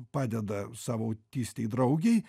padeda savo autistei draugei